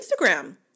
Instagram